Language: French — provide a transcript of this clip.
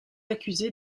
accusé